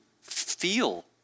feel